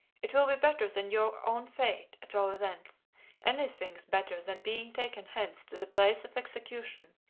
it will be better than your own fate, at all events anything's better than being taken hence to the place of execution,